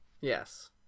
yes